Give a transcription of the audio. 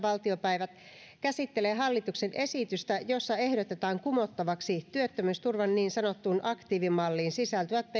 valtiopäiviltä käsittelee hallituksen esitystä jossa ehdotetaan kumottavaksi työttömyysturvan niin sanottuun aktiivimalliin sisältyvät